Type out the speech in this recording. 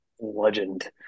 legend